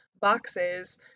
boxes